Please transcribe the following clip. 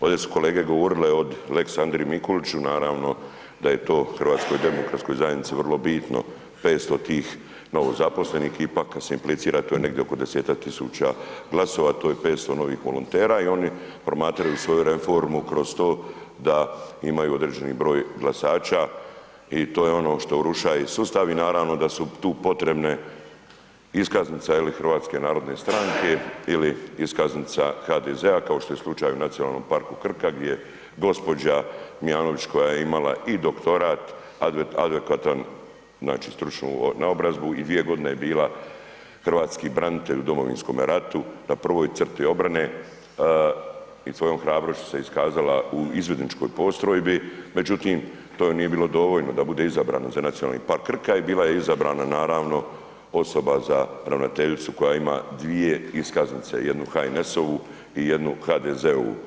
Ovdje su kolege govorile o lex Andriji Mikuliću, naravno da je to HDZ-u vrlo bitno, 500 tih novozaposlenih ipak se implicira to je negdje oko 10-ak tisuća glasova, to je 500 novih volontera i oni promatraju svoju reformu kroz to da imaju određeni broj glasaća i to je ono što urušava i sustav i naravno da su tu potrebne, iskaznica je li, HNS-a ili iskaznica HDZ-a kao što je slučaj u Nacionalnom parku Krka gdje gospođa Mijanović koja je ima i doktorat adekvatan, znači stručnu naobrazbu i dvije godine je bila hrvatski branitelj u Domovinskome ratu na prvoj crti obrane i svojom hrabrošću se iskazala u izvidničkoj postrojbi, međutim to joj nije bilo dovoljno da bude izabran za Nacionalni park Krka i bila je izabrana naravno osoba za ravnateljicu koja ima 2 iskaznice, jednu HNS-ovu i jednu HDZ-ovu.